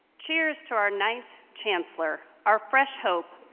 cheers to our ninth chancellor, our fresh hope,